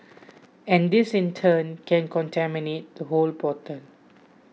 and this in turn can contaminate the whole bottle